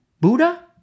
Buddha